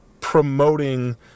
promoting